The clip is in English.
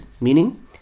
meaning